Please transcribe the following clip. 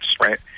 right